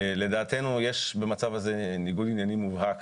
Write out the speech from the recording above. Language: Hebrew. לדעתנו יש במצב הזה ניגוד עניינים מובהק,